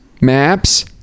maps